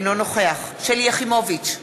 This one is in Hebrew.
אינו נוכח שלי יחימוביץ,